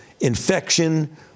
infection